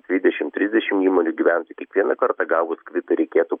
dvidešimt trisdešimt įmonių gyventojui kiekvieną kartą gavus kvitą reikėtų